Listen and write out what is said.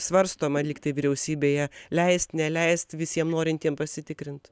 svarstoma likti vyriausybėje leist neleist visiem norintiem pasitikrint